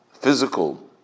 physical